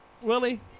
Willie